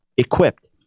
equipped